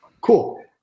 Cool